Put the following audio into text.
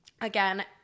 again